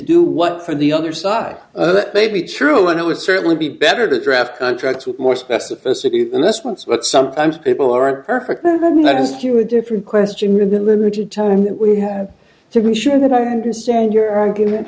do what for the other side that may be true and it would certainly be better to draft contracts with more specificity than this once but sometimes people aren't perfect and that is q a different question in the limited time that we have to be sure that i understand your argument